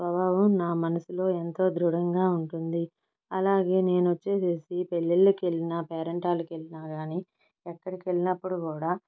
స్వభావం నా మనసులో ఎంతో దృఢంగా ఉంటుంది అలాగే నేను వచ్చేసేసి పెళ్ళిళ్ళకు వెళ్ళినా పేరంటాలకు వెళ్ళినా కాని ఎక్కడికి వెళ్ళినప్పుడు కూడా